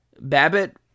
Babbitt